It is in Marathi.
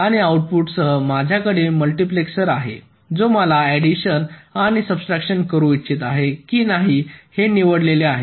आणि आऊटपुट सह माझ्याकडे मल्टीप्लेसर आहे जो मला ऍडिशन किंवा सब्स्ट्रक्शन करू इच्छित आहे की नाही हे निवडलेले आहे